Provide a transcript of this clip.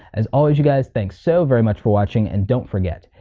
as always you guys, thanks so very much for watching and don't forget,